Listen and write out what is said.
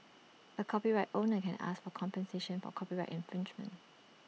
A copyright owner can ask for compensation for copyright infringement